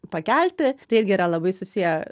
pakelti tai irgi yra labai susiję